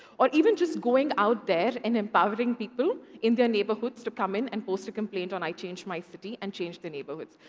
or even just going out there and empowering people in their neighborhoods to come in and post a complaint on i change my city and change the neighborhoods.